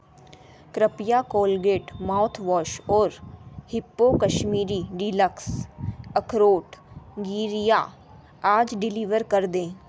कृपया Colgate mouthwash और Hippo Kashmiri deluxe अखरोट गिरिया आज डिलीवर कर दें